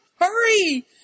Hurry